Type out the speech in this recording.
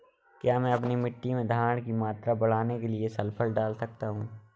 क्या मैं अपनी मिट्टी में धारण की मात्रा बढ़ाने के लिए सल्फर डाल सकता हूँ?